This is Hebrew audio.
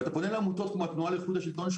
ואתה פונה לעמותות כמו התנועה למען איכות השלטון,